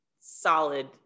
solid